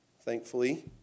thankfully